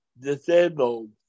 disabled